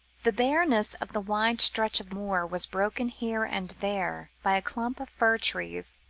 the bareness of the wide stretch of moor was broken here and there by a clump of fir-trees,